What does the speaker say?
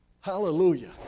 Hallelujah